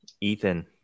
Ethan